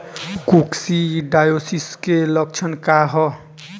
Coccidiosis के लक्षण का ह?